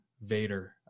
Vader